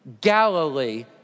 Galilee